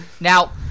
Now